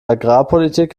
agrarpolitik